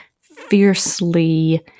fiercely